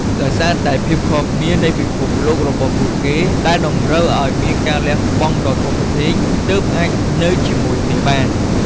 ដោយសារតែភាពខុសគ្នានៃពិភពលោករបស់ពួកគេ ដែលតម្រូវឱ្យមានការលះបង់ដ៏ធំធេងទើបអាចនៅជាមួយគ្នាបាន ។